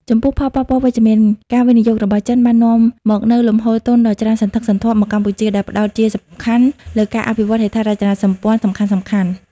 ចំពោះផលប៉ះពាល់វិជ្ជមាន ការវិនិយោគរបស់ចិនបាននាំមកនូវលំហូរទុនដ៏ច្រើនសន្ធឹកសន្ធាប់មកកម្ពុជា ដែលផ្តោតជាសំខាន់លើការអភិវឌ្ឍន៍ហេដ្ឋារចនាសម្ព័ន្ធសំខាន់ៗ។